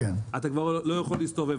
אתה כבר לא יכול להסתובב.